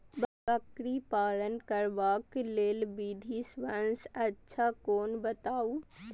बकरी पालन करबाक लेल विधि सबसँ अच्छा कोन बताउ?